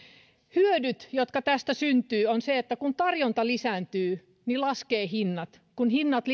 hyöty joka tästä syntyy on se että kun tarjonta lisääntyy niin hinnat laskevat ja kun hinnat